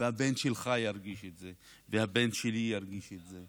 והבן שלך ירגיש את זה והבן שלי ירגיש את זה,